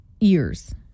Ears